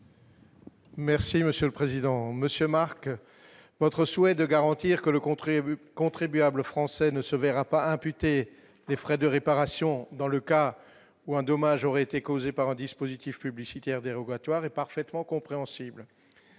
Merci monsieur le président, Monsieur Marc, votre souhait de garantir que le contribuable contribuables français ne se verra pas imputer les frais de réparation dans le cas où un dommage aurait été causé par un dispositif publicitaire dérogatoire est parfaitement compréhensible,